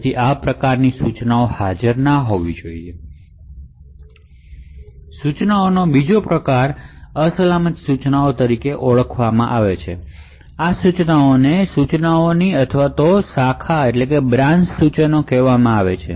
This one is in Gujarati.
ઇન્સટ્રકશનનો બીજો પ્રકાર અસલામત ઇન્સટ્રકશન તરીકે ઓળખાય છે આ ઇન્સટ્રકશનને ઇન્સટ્રકશનશ અથવા બ્રાન્ચ ઇન્સટ્રકશન કહેવામાં આવે છે